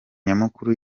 nyamukuru